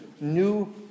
new